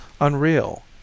unreal